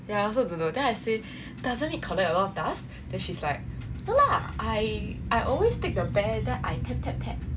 yeah I also don't know then I say doesn't it collect a lot of dust then she's like lah I I always take the bear that I can tap tap